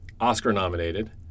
Oscar-nominated